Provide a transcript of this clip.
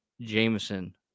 Jameson